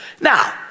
Now